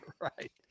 Right